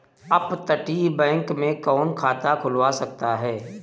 अपतटीय बैंक में कौन खाता खुलवा सकता है?